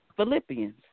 Philippians